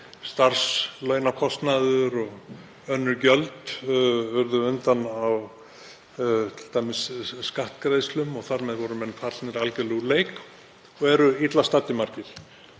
starfslaunakostnaður og önnur gjöld urðu undan á t.d. skattgreiðslum og þar með eru menn fallnir algerlega úr leik og eru illa staddir margir.